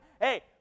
Hey